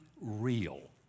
real